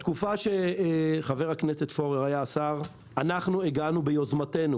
בתקופה שחבר הכנסת פורר היה שר אנחנו הגענו ביוזמתנו,